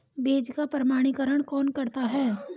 बीज का प्रमाणीकरण कौन करता है?